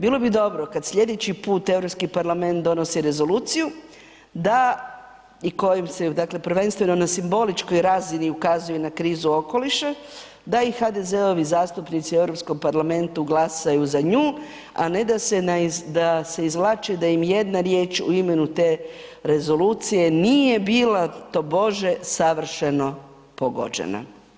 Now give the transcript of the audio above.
Bilo bi dobro kada sljedeći put Europski parlament donosi rezoluciju da … prvenstveno na simboličkoj razini ukazuje na krizu okoliša, da i HDZ-ovi zastupnici u Europskom parlamentu glasaju za nju, a ne da se izvlače da im jedna riječ u imenu te rezolucije nije bila tobože savršeno pogođena.